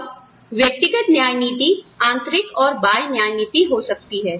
अब व्यक्तिगत न्याय नीति आंतरिक और बाह्य न्याय नीति हो सकती है